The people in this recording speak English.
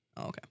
okay